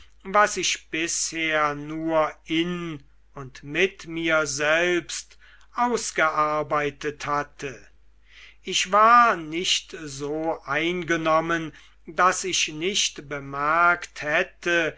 was ich nur bisher in und mit mir selbst ausgearbeitet hatte ich war nicht so eingenommen daß ich nicht bemerkt hätte